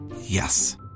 Yes